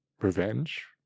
revenge